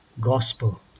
gospel